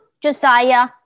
Josiah